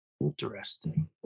Interesting